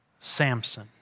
Samson